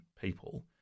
people